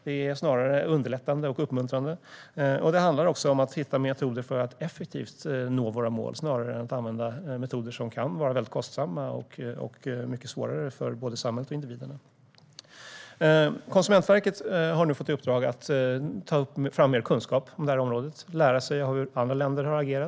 Det är snarare underlättande och uppmuntrande. Det handlar om att hitta metoder för att effektivt nå våra mål snarare än att använda metoder som kan vara väldigt kostsamma och mycket svårare för både samhället och individerna. Konsumentverket har nu fått i uppdrag att ta fram mer kunskap om området och lära sig av hur andra länder har agerat.